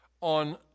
on